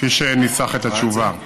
כפי שניסח את התשובה.